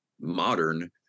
modern